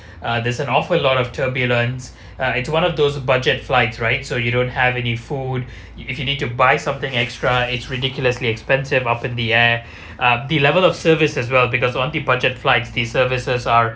uh there's an awful lot of turbulence uh it's one of those budget flights right so you don't have any food you can only to buy something extra it's ridiculously expensive up in the air uh the level of service as well because on the budget flights the services are